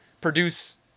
produce